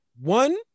One